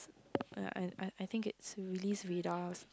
I I I I think it's release radars